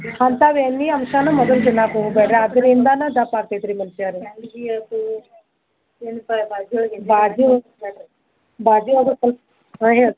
ಅಂತ ಎಣ್ಣೆ ಅಂಶನ ಮೊದಲು ತಿನ್ನಾಕೆ ಹೋಗ್ಬ್ಯಾಡ್ರಿ ಅದ್ರಿಂದನ ದಪ್ಪ ಆಗ್ತೈತ್ರಿ ಮನುಷ್ಯರು ಬಾಜು ಹಾಂ ಏನು